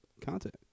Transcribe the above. content